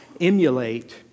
emulate